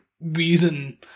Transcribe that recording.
reason